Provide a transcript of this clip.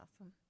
awesome